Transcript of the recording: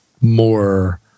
more